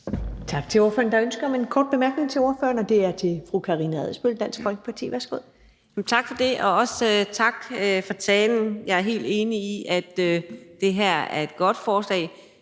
Tak til ordføreren. Der er ønske om en kort bemærkning til ordføreren, og det er fra fru Karina Adsbøl, Dansk Folkeparti. Værsgo. Kl. 19:35 Karina Adsbøl (DF): Tak for det, og også tak for talen. Jeg er helt enig i, at det her er et godt forslag,